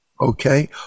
Okay